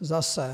Zase.